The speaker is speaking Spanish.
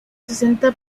sesenta